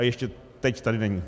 Ještě teď tady není.